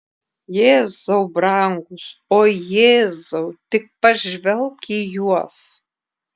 jėzau brangus o jėzau tik pažvelk į juos